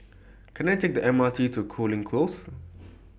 Can I Take The M R T to Cooling Close